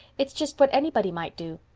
it's just what anybody might do.